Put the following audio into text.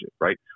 right